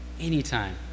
Anytime